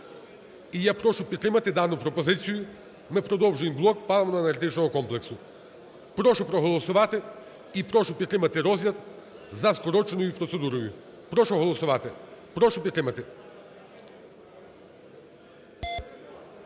і я прошу підтримати дану пропозицію, ми продовжуємо блок паливно-енергетичного комплексу. Прошу проголосувати і прошу підтримати розгляд за скороченою процедурою. Прошу голосувати, прошу підтримати.